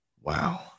Wow